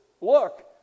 look